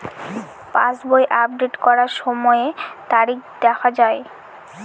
পাসবই update করার সময়ে তারিখ দেখা য়ায়?